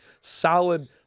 solid